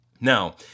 Now